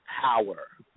power